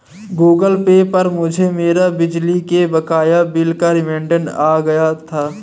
Google Pay पर मुझे मेरे बिजली के बकाया बिल का रिमाइन्डर आ गया था